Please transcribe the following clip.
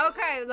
Okay